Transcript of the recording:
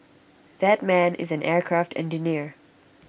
that man is an aircraft engineer